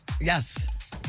Yes